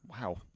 wow